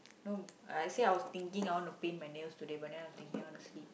no I say I was thinking I want to paint my nails but I was thinking I wanna sleep